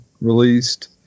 released